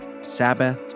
Sabbath